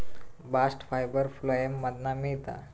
bast fibre phloem मधना मिळता